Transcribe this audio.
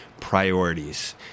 priorities